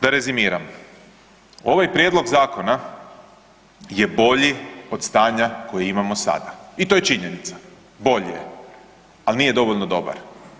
Da rezimiram, ovaj prijedlog zakona je bolji od stanja koji imamo sada i to je činjenica, bolji je, ali nije dovoljno dobar.